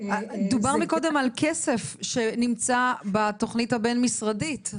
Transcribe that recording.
דיברנו קודם על כסף שנמצא בתוכנית הבין משרדית,